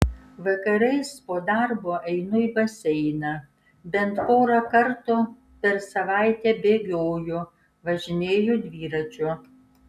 vakarais po darbo einu į baseiną bent porą kartų per savaitę bėgioju važinėju dviračiu